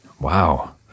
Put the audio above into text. Wow